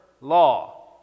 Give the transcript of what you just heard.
law